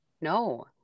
No